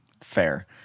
Fair